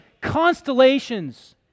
constellations